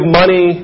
money